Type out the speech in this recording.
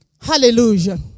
Hallelujah